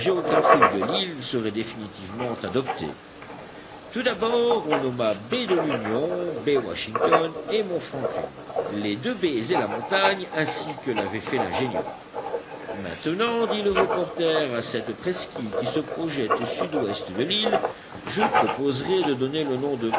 géographique de l'île serait définitivement adoptée tout d'abord on nomma baie de l'union baie washington et mont franklin les deux baies et la montagne ainsi que l'avait fait l'ingénieur maintenant dit le reporter à cette presqu'île qui se projette au sud-ouest de l'île je proposerai de donner le nom de